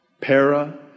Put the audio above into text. para-